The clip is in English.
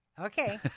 okay